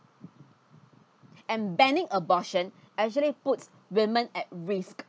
and banning abortion actually puts women at risk